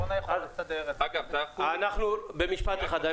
במשפט אחד,